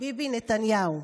ביבי נתניהו.